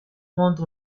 mondo